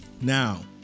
Now